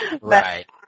Right